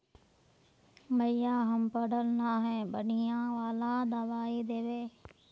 भैया हम पढ़ल न है बढ़िया वाला दबाइ देबे?